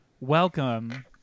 welcome